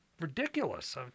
ridiculous